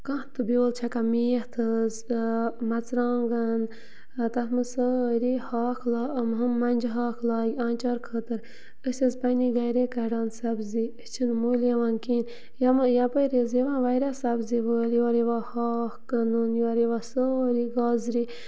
کانٛہہ تہٕ بیول چھکان میتھ حظ مَرژٕوانٛگَن تَتھ منٛز سٲری ہاکھ لہ ہُم مۄنٛجہِ ہاکھ لاگہِ آنچار خٲطرٕ أسۍ حظ پنٛنہِ گَرے کَڑان سَبزی أسۍ چھِنہٕ مٔلۍ ہٮ۪وان کِہیٖنۍ یپٲرۍ حظ یِوان واریاہ سبزی وٲلۍ یورٕ یِوان ہاکھ کٕنُن یورٕ یِوان سٲری گازرِ